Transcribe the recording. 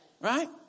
Right